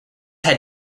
had